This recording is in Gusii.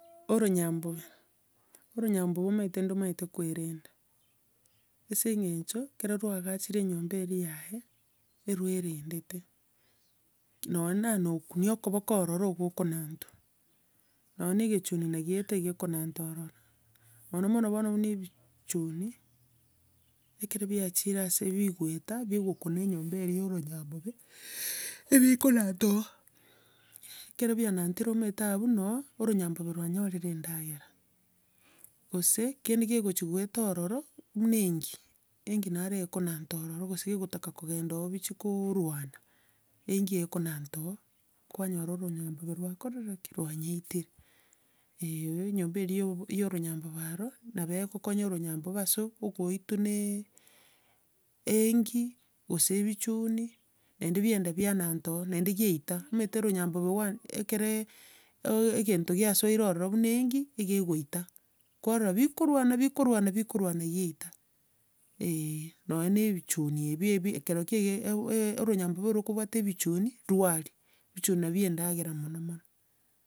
oronyambobe, oronyambobe omoaete ndomanyete koerenda, ase eng'encho ekero roagachire enyomba eria yaye, eruerendete. No naye na okunia okoboko ororo igo bwokonanta, nonya na egechuni nagieeta iga ekonanta ororo, mono mono bono buna ebichuni ekero biachire ase bigoeta, bigokuna enyomba eria ya oronyambobe, ebikonanta ororo. Ekero bianantire omaete abwo no o oronyambobe rwanyorire endagera. gose, kende kegochia goeta ororo buna eingi, eingi naro ekonanta ororo gose egotaka kogende ororo bichikoorwana, eingi ekonanta ororo, kwanyora oronyambobe rwakorire ki? Rwanyoitire. enyomba eria ya obo- ya oronyambobe aro, nabo gokonya oronyambobe ase ogoitwa na eingi, gose ebichuni, naende biagenda biananta ororo, naende giaeita, omoate oronyambobe wan- ekero oe- egento giasoire ororo buna eingi, ekegoita. Kwarora bikoruana bikoruana bikoruana yaeita, eeh, nonya na ebichuni ebi ebi ekero kiage- ew- ee oronyambobe rokobuata ebichuni ruaria, ebichuni nabio endagera mono mono.